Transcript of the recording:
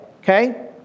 okay